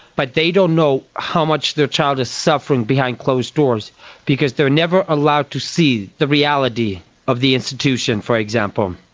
but they don't know how much their child is suffering behind closed doors because they are never allowed to see the reality of the institution, for example.